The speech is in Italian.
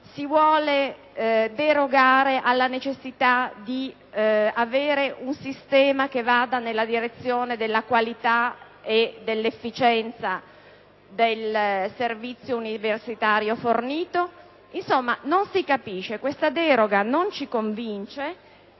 Si vuole derogare alla necessità di avere un sistema che vada nella direzione della qualità e dell'efficienza del servizio universitario fornito? Non si capisce. Questa deroga non ci convince.